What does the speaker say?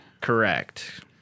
correct